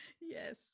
yes